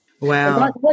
Wow